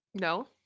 No